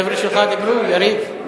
החבר'ה שלך דיברו, יריב.